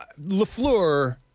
Lafleur